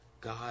God